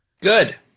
Good